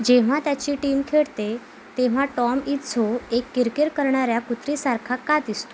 जेव्हा त्याची टीम खेळते तेव्हा टॉम इज्झो एक किरकिर करणाऱ्या कुत्रीसारखा का दिसतो